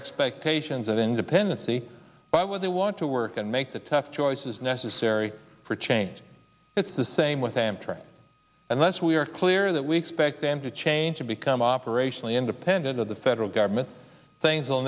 expectations of independency why would they want to work and make the tough choices necessary for change it's the same with amtrak unless we are clear that we expect them to change to become operationally independent of the federal government things will